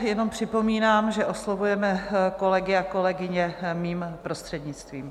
Jenom připomínám, že oslovujeme kolegy a kolegyně mým prostřednictvím.